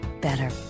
better